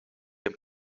den